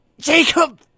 Jacob